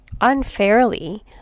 unfairly